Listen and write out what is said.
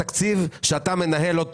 התקציב שאתה מנהל,